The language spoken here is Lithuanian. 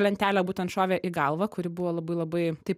lentelė būtent šovė į galvą kuri buvo labai labai taip